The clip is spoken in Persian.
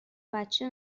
بچه